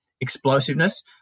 explosiveness